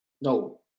No